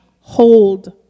hold